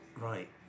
right